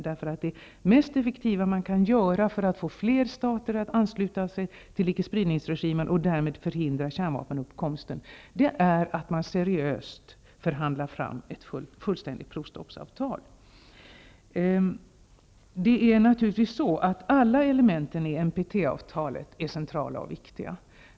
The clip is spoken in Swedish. Det mest effektiva man kan göra för att få fler stater att ansluta sig till icke-spridningsregimen och därmed förhindra kärnvapenuppkomsten är att man seriöst förhandlar fram ett fullständigt provstoppsavtal. Alla element i NPT-avtalet är naturligtvis centrala och viktiga.